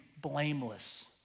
blameless